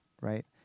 right